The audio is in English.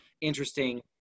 interesting